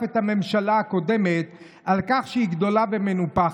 את הממשלה הקודמת על כך שהיא גדולה ומנופחת.